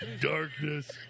Darkness